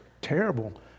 terrible